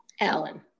Alan